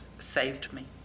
saved me.